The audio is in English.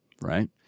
right